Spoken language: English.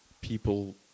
people